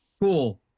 cool